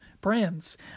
brands